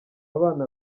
bana